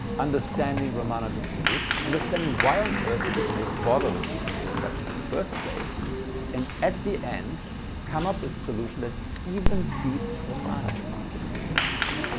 understanding ramanujan's solution, understanding why on earth people would bother with these infinite fractions in the first place and at the end come up with a solution that even beats ramanujan's. believe it or not.